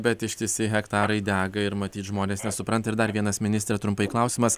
bet ištisi hektarai dega ir matyt žmonės nesupranta ir dar vienas ministre trumpai klausimas